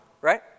right